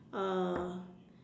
uh